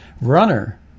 runner